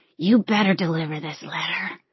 you better deliver this letter.